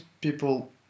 people